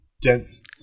dense